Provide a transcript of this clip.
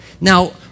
Now